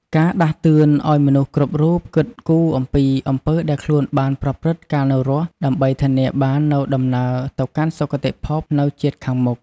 ការដាស់តឿនឱ្យមនុស្សគ្រប់រូបគិតគូរអំពីអំពើដែលខ្លួនបានប្រព្រឹត្តកាលនៅរស់ ដើម្បីធានាបាននូវដំណើរទៅកាន់សុគតិភពនៅជាតិខាងមុខ។